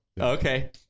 Okay